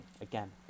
again